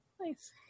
nice